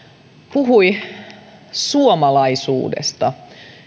puhuivat suomalaisuudesta